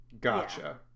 Gotcha